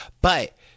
But-